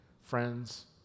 friends